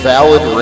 Valid